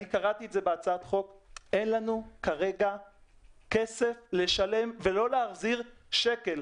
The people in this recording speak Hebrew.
אין לנו כרגע כסף לשלם ולא להחזיר שקל.